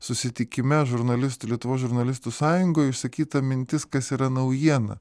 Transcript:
susitikime žurnalistų lietuvos žurnalistų sąjungoj išsakyta mintis kas yra naujiena